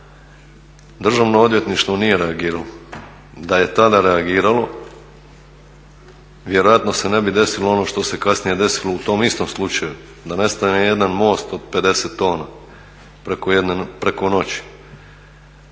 Državno odvjetništvo nije reagiralo. Da je tada reagiralo vjerojatno se ne bi desilo ono što se kasnije desilo u tom istom slučaju da nestane jedan most od 50 tona preko noći.